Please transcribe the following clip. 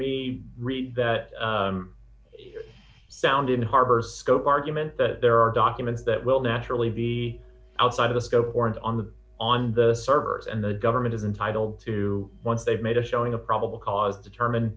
me read that sound in harbor scope argument that there are documents that will naturally be outside of a scope warrant on the on the servers and the government is entitled to once they've made a showing of probable cause determine